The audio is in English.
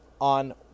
on